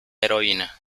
heroína